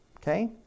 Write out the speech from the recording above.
Okay